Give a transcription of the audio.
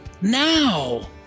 Now